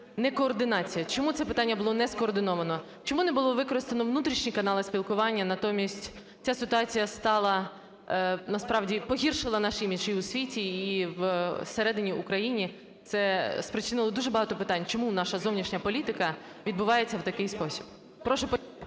некоординація? Чому це питання було не скоординовано? Чому не було використано внутрішні канали спілкування? Натомість ця ситуація стала… насправді погіршила наш імідж і у світі, і в середині України. Це спричинило дуже багато питань. Чому наша зовнішня політика відбувається в такий спосіб? 16:11:33